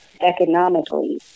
economically